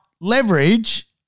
leverage